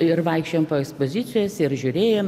ir vaikščiojom po ekspozicijas ir žiūrėjom